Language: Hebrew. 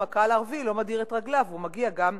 גם הקהל הערבי לא מדיר את רגליו: הוא מגיע גם